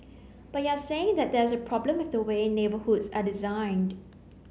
but you're saying that there's a problem with the way neighbourhoods are designed